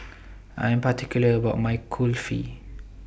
I Am particular about My Kulfi